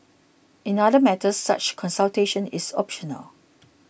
in other matters such consultation is optional